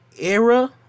era